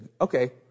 okay